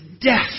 death